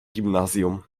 gimnazjum